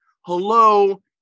Hello